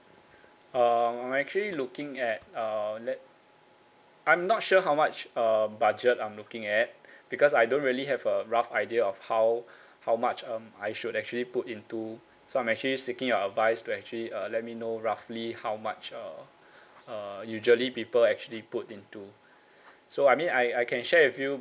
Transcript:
uh I'm actually looking at uh let I'm not sure how much um budget I'm looking at because I don't really have a rough idea of how how much um I should actually put into so I'm actually seeking your advice to actually uh let me know roughly how much uh uh usually people actually put into so I mean I I can share with you